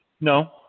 No